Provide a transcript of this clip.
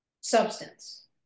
substance